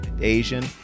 Asian